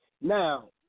Now